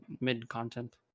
mid-content